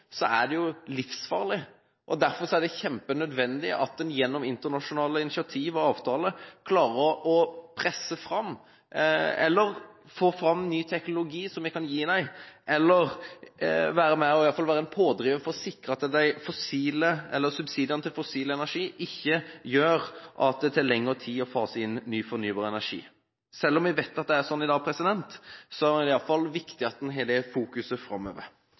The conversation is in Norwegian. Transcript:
er det livsfarlig. Derfor er det kjempenødvendig at en gjennom internasjonale initiativ og avtaler klarer å få fram ny teknologi som vi kan gi dem, eller i hvert fall kan være en pådriver for å sikre at subsidier til fossil energi ikke gjør at det tar lengre tid å fase inn ny fornybar energi. Selv om vi vet at det er sånn i dag, er det iallfall viktig at en har det fokuset framover.